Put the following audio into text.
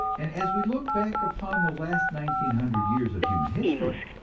and as we look back upon the last nineteen hundred years of human history,